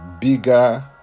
bigger